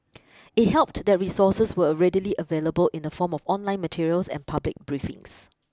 it helped that resources were readily available in the form of online materials and public briefings